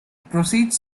proceeds